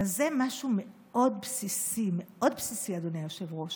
זה משהו מאוד בסיסי, מאוד בסיסי, אדוני היושב-ראש.